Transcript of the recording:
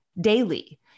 daily